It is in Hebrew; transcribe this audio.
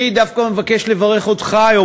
אני דווקא מבקש לברך אותך היום,